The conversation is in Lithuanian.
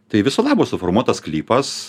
tai viso labo suformuotas sklypas